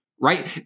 right